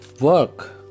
work